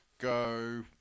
go